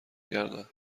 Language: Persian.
کردند